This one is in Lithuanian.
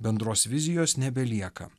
bendros vizijos nebelieka